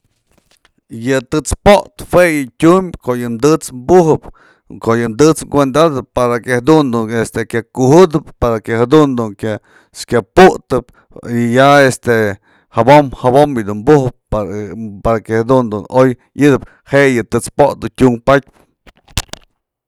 Yë të'ëts po'otë jue yë tyum ko'o yë të'ëts pujëp, ko'o yëm të'ëts kuënda´atëp para que jadun du este kya kujutëp, para que jadun du kya putëp y ya este jabom jabom yë du bujëp pa- para que jadun du oy yëtëp jë yë të'ëts po'ot dun tyun patyëpë.